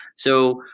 so,